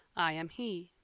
i am he.